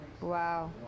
Wow